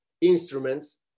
instruments